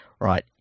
right